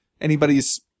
anybody's